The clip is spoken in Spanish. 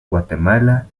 guatemala